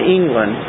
England